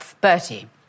Bertie